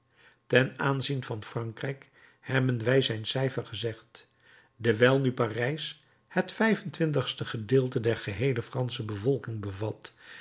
ten aanzien van frankrijk hebben wij zijn cijfer gezegd dewijl nu parijs het vijf-en-twintigste gedeelte der geheele fransche bevolking bevat